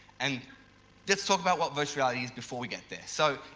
and let's talk about what virtual reality is before we get there. so,